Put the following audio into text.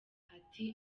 ati